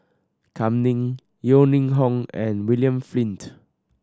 Kam Ning Yeo Ning Hong and William Flint